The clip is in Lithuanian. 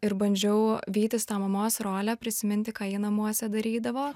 ir bandžiau vytis tą mamos rolę prisiminti ką ji namuose darydavo